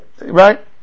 Right